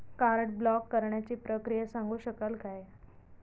Card block करण्याची प्रक्रिया सांगू शकाल काय?